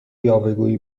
یاوهگویی